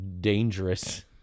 dangerous